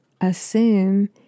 assume